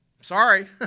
Sorry